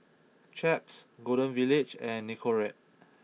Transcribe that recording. Chaps Golden Village and Nicorette